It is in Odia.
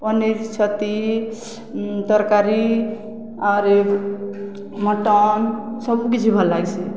ପନିରଛତି ତରକାରୀ ଆଉରି ମଟନ ସବୁକ କିଛି ଭଲ ଲାଗ୍ସି